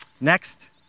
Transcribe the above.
Next